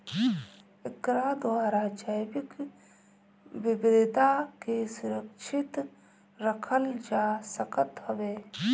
एकरा द्वारा जैविक विविधता के सुरक्षित रखल जा सकत हवे